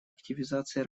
активизации